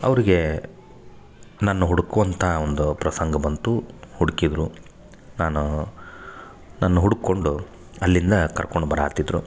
ಅವರಿಗೆ ನನ್ನ ಹುಡ್ಕುವಂಥ ಒಂದು ಪ್ರಸಂಗ ಬಂತು ಹುಡ್ಕಿದ್ದರು ನಾನು ನನ್ನ ಹುಡ್ಕೊಂಡು ಅಲ್ಲಿಂದ ಕರ್ಕೊಂಡು ಬರಾತಿದ್ದರು